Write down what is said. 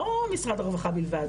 לא משרד הרווחה בלבד,